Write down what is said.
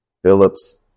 Phillips